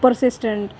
persistent